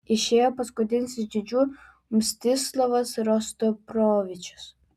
išėjo paskutinis iš didžiųjų mstislavas rostropovičius